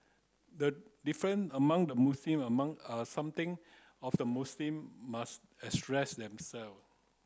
the different among the Muslim among are something of the Muslim must address them self